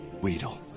Weedle